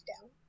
down